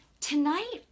tonight